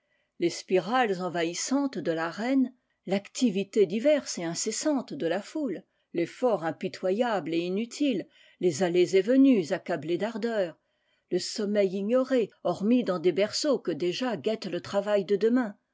les spirales envahissantes de la reine tactivité diverse et incessante de la foule l'effort impitoyable et inutile les allées et venues accablées d'ardeur le sommeil ignoré hormis dans des berceaux que déjà guette le travail de demain